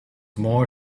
more